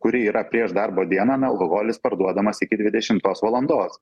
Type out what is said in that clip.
kuri yra prieš darbo dieną na alkoholis parduodamas iki dvidešimtos valandos